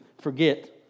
forget